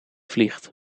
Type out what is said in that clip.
vliegt